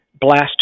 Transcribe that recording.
blast